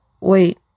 wait